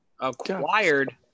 Acquired